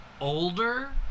older